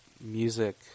music